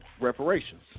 reparations